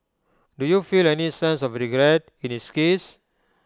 do you feel any sense of regret in his case